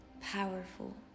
powerful